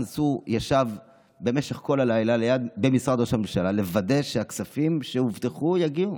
מנסור ישב במשך כל הלילה במשרד ראש הממשלה לוודא שהכספים שהובטחו יגיעו,